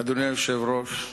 אדוני היושב-ראש,